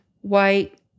white